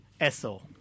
Esso